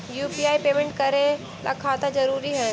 UPI payment करे ला खाता जरूरी है?